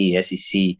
SEC